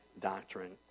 doctrine